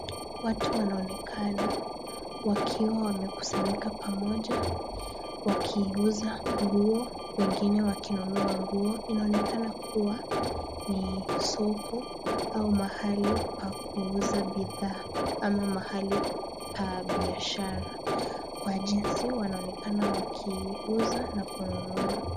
Watu wanaonekana wakiwa wamekusanyika pamoja, wakiuza nguo wengine wakinunua nguo. Inaonekana kuwa ni soko au mahali pa kuuza bidhaa ama mahali pa biashara, kwa jinsi wanaonekana wakiuza na kununua.